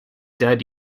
dead